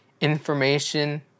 information